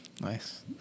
Nice